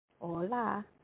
Hola